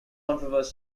controversy